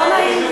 לא נעים.